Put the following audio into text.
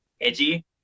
edgy